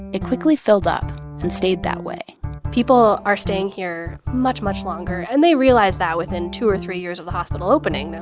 it quickly filled up and stayed that way people are staying here much, much longer, and they realized that within two or three years of the hospital opening. they're